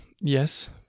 yes